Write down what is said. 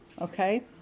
okay